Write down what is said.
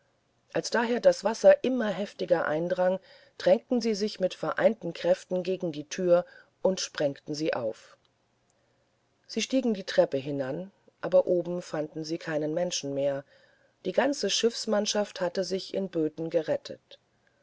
als daher das wasser immer heftiger eindrang drängten sie sich mit vereinigten kräften gegen die türe und sprengten sie auf sie stiegen die treppe hinan aber oben fanden sie keinen menschen mehr die ganze schiffsmannschaft hatte sich in böten gerettet